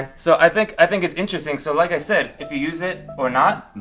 so i think i think it's interesting, so like i said, if you use it or not,